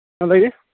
ꯑꯥ ꯂꯩ